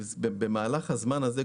במהלך הזמן הזה,